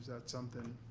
that something?